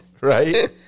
Right